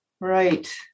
Right